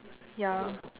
ya